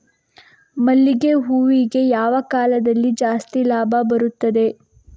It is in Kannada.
ಮಲ್ಲಿಗೆ ಹೂವಿಗೆ ಯಾವ ಕಾಲದಲ್ಲಿ ಜಾಸ್ತಿ ಲಾಭ ಬರುತ್ತದೆ?